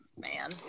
Man